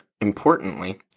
importantly